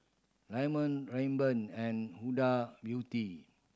Diamond Rayban and Huda Beauty